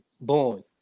born